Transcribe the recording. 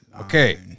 Okay